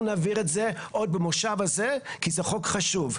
נעביר את זה עוד במושב הזה כי זה חוק חשוב',